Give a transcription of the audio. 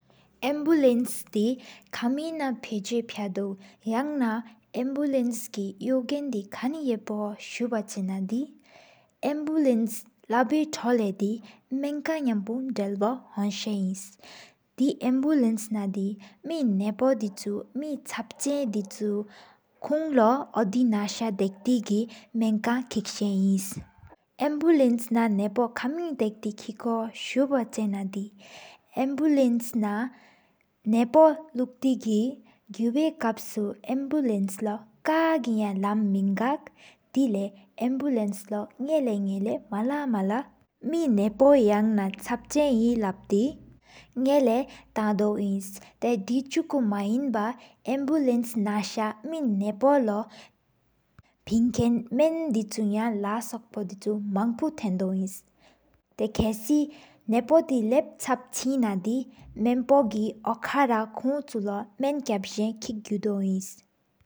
ཨམ་བེུ་ལནས་ དེ་ཁ་མི་ན་ ཕེ་ཙེ་ ཕ་དའུ། ཡང་ན་ ཨམ་བེུ་ལནས་ གི་ ཡུག གེན་ དི་ ཁན་ ཡེ་པོ། སུ་བ་ ཆེ་ ན་ དི་ ཨམ་བེུ་ལནས་ ལ་བི་ ཐོ་ ལེ་ དི། མེན་ཀ་ ནམ་པོ་ དེ་བ་ ཧོན་ས་ ཨིན། དེ་ ཨམ་བེུ་ལནས་ ན་ དེ་ མེ་ ན་པོ་ དི་ཆུ། མེ་ ཆབ་ ཆེན་ དི་ཆུ་ ཀོང་ ལོ་ འོ་དི་ ན། ན་ས་ དཀིཏི་ གི་ ཀིག་ ཤ་ ཨིན། ཨམ་བེུ་ལནས་ ན་ ན་པོ་ ཀམི་ དཀིཏི་ ཁརཁ་ ཐོའོ། སུ་བ་ ཆེ་ ན་ དི་ ཨམ་བེུ་ལནས་ ན་ ནེ་ ཕོ་ ལུཀ་ཏེ་ གི། གུ་ཝོའི་ ཀབ་ སོ་ ཨམ་བེུ་ལནས་ ལོ་ ཀ་ གི་ ཡ་ ལམ། མེང་པ་ཀ་ དི་ལེ་ ཨམ་བེུ་ལནས་ ལོ་ མིན་པ། མ་ལ་ མ་ལ་ མེ་ ན་པོ་ ཡང་ ན། ཆབ་ཆེན་ ཧེ་ ལབ་ ཏེ་ མིན་ ལོ་ ཐང་ དོ་ ཨིན། ཏེའི་ དེ་ ཆུཀུ་ མ་ ཧེན་ བ་ མེ་ ནེ་པོ་ ལོ། ཕེན་ ཁེན་ མེན་ ལསོག་ པོ་ དི་ཆུ། དམངས་སོག་ ཐེན་དོ་ ཨིན་ ཏེ་ ཁས་ལི་ ན་པོ། དེ་ ལྷབ་ ཆབ་ཆེ་ ན་ དི་ མེ་པོ་ ན་གི། འོ་ ཀ་ ར་ མན་ ཨཀབ་ཆེན་ ཁིཀ་ གུ་དོ་ ཨིན།